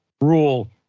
rule